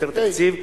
יותר תקציב,